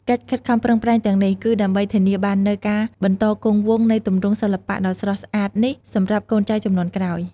កិច្ចខិតខំប្រឹងប្រែងទាំងនេះ គឺដើម្បីធានាបាននូវការបន្តគង់វង្សនៃទម្រង់សិល្បៈដ៏ស្រស់ស្អាតនេះសម្រាប់កូនចៅជំនាន់ក្រោយ។